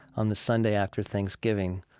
on the sunday after thanksgiving,